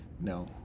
No